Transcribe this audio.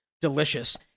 delicious